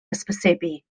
hysbysebu